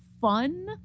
fun